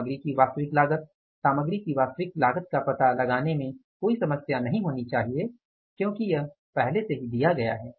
सामग्री की वास्तविक लागत सामग्री की वास्तविक लागत का पता लगाने में कोई समस्या नहीं होनी चाहिए क्योंकि यह पहले से ही दिया गया हैं